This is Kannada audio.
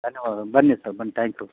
ಧನ್ಯವಾದಗಳು ಬನ್ನಿ ಸರ್ ಬನ್ನಿ ತ್ಯಾಂಕ್ ಯು